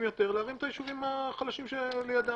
יותר להרים את הישובים החלשים שלידם.